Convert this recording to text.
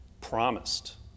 promised